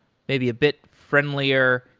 maybe a bit friendlier.